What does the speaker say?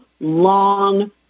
long